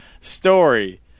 story